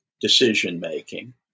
decision-making